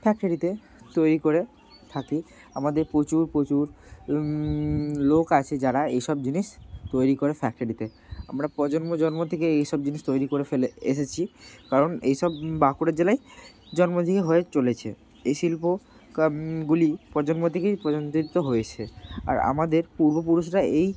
ফ্যাক্টরিতে তৈরি করে থাকি আমাদের প্রচুর প্রচুর লোক আছে যারা এই সব জিনিস তৈরি করে ফ্যাক্টরিতে আমরা প্রজন্ম প্রজন্ম থেকে এই সব জিনিস তৈরি করে ফেলে এসেছি কারণ এই সব বাঁকুড়া জেলায় জন্ম থেকে হয়ে চলেছে এই শিল্প কর্মগুলি প্রজন্ম থেকেই প্রজন্ম হয়েছে আর আমাদের পূর্বপুরুষরা এই